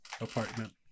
apartment